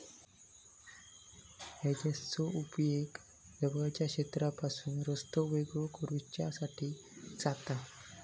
हेजेसचो उपेग जवळच्या क्षेत्रापासून रस्तो वेगळो करुच्यासाठी जाता